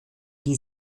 die